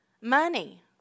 money